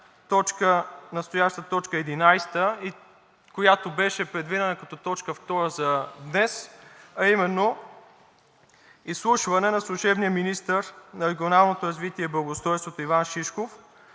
настояща точка 11, която беше предвидена като точка 2 за днес, а именно: Изслушване на служебния министър на регионалното развитие и благоустройството Иван Шишков